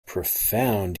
profound